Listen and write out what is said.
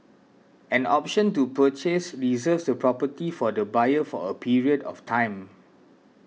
an option to purchase reserves the property for the buyer for a period of time